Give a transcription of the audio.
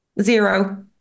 zero